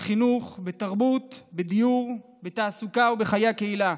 בחינוך, בתרבות, בדיור, בתעסוקה ובחיי הקהילה.